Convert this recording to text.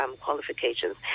qualifications